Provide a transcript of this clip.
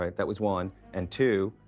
um that was one. and two,